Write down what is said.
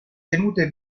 tenute